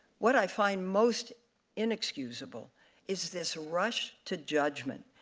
what i find most inexcusable is this rush to judgment,